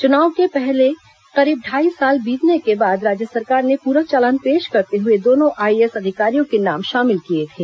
चुनाव के पहले करीब ढाई साल बीतने के बाद राज्य सरकार ने पूरक चालान पेश करते हुए दोनों आईएएस अधिकारियों के नाम शामिल किए थे